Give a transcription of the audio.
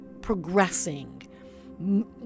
progressing